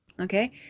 okay